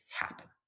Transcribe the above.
happen